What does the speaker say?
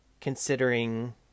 considering